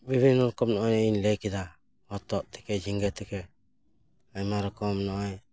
ᱵᱤᱵᱷᱤᱱᱱᱚ ᱨᱚᱠᱚᱢ ᱱᱚᱜᱼᱚᱭ ᱤᱧ ᱞᱟᱹᱭ ᱠᱮᱫᱟ ᱦᱚᱛᱚᱫ ᱛᱷᱮᱠᱮ ᱡᱷᱤᱸᱜᱟᱹ ᱛᱷᱮᱠᱮ ᱟᱭᱢᱟ ᱨᱚᱠᱚᱢ ᱱᱚᱜᱼᱚᱭ